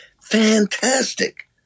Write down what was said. Fantastic